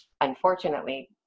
unfortunately